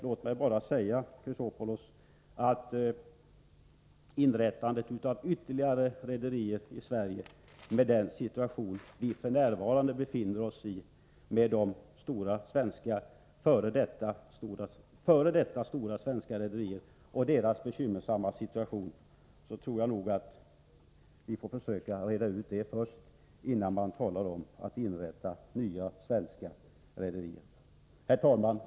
Låt mig nu bara säga att i den situation som vi f.n. befinner oss i med de f.d. stora svenska rederiernas bekymmersamma läge bör vi först försöka reda ut de problem vi har på detta område, innan vi börjar tala om att inrätta nya svenska rederier. Herr talman!